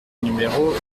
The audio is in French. numéro